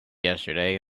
yesterday